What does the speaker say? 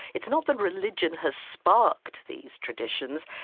it's not that religion has sparked these traditions,